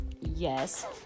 yes